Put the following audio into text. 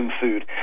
food